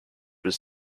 was